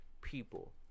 people